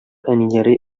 әниләре